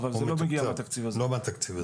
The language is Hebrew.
אבל זה לא מגיע מהתקציב הזה.